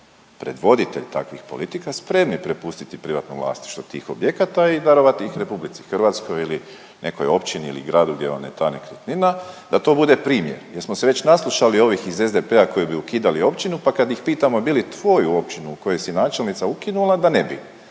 predvoditelj takvih politika spremni prepustiti privatno vlasništvo tih objekata i darovati ih RH ili nekoj općini ili gradu gdje vam je ta nekretnina da to bude primjer jer smo se već naslušali ovih iz SDP-a koji bi ukidali općinu pa kad ih pitamo bi li tvoju općinu u kojoj si načelnica ukinula da ne bi.